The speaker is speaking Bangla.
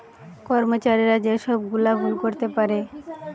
কর্মচারীরা যে সব গুলা ভুল করতে পারে